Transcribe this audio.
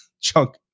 chunk